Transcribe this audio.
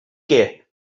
que